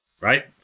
right